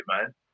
man